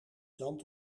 zand